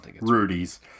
Rudy's